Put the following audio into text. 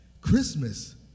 Christmas